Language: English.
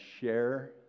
share